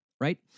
Right